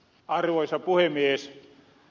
arvoisa puhemies